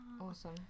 awesome